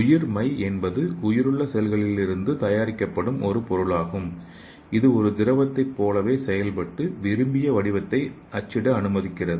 உயிர் மை என்பது உயிருள்ள செல்களிலிருந்து தயாரிக்கப்படும் ஒரு பொருளாகும் இது ஒரு திரவத்தைப் போலவே செயல்பட்டு விரும்பிய வடிவத்தை அச்சிட அனுமதிக்கிறது